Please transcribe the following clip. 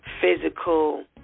physical